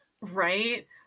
Right